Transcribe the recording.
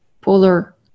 polar